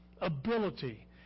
ability